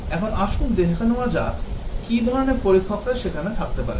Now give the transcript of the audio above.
এখন আসুন দেখে নেওয়া যাক কী ধরণের পরীক্ষকরা সেখানে থাকতে পারেন